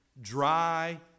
Dry